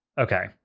Okay